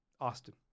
Austin